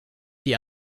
die